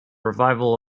revival